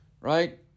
Right